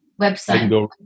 website